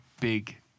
big